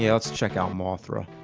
yeah let's check out mothra.